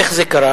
איך זה קרה?